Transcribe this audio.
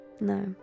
No